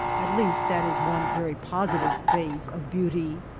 at least that is one very positive phase of beauty.